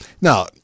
Now